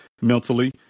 mentally